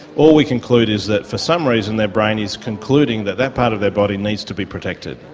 all we conclude is that for some reason their brain is concluding that that part of their body needs to be protected.